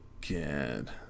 good